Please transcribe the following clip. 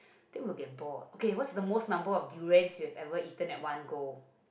think I will get bored okay what's the most number of durians you have ever eaten at one go